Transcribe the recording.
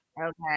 Okay